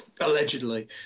allegedly